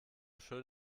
schön